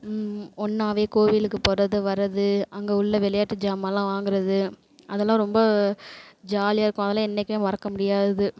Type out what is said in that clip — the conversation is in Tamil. ஒன்னாகவே கோவிலுக்கு போகறது வர்றது அங்கே உள்ள விளையாட்டு சாமால்லாம் வாங்குறது அதெல்லாம் ரொம்ப ஜாலியாக இருக்கும் அதெல்லாம் என்னைக்குமே மறக்க முடியாதது